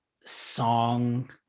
song